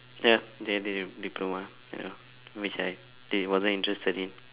ya the the diploma ya which I di~ wasn't interested in